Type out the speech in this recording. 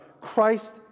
christ